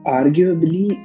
arguably